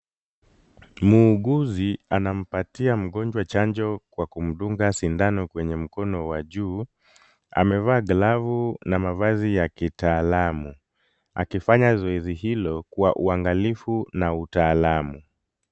Muuguzi anampatia mgonjwa chanjo kwa kumdunga sindano kwenye mkono wa juu, amevaa glavu na mavazi ya kitaalamu akifanya zoezi hilo kwa uangalifu na utaalamu.